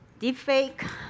deepfake